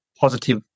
positive